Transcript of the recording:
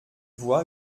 vois